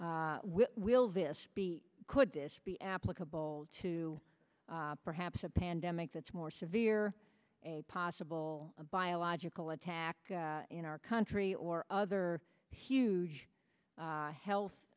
be could this be applicable to perhaps a pandemic that's more severe a possible a biological attack in our country or other huge health